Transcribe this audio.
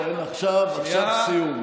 עכשיו סיום.